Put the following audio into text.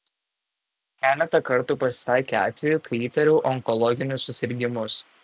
keletą kartų pasitaikė atvejų kai įtariau onkologinius susirgimus